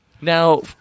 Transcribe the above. Now